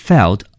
Felt